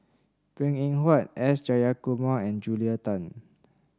Png Eng Huat S Jayakumar and Julia Tan